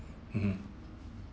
mmhmm